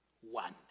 one